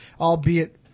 albeit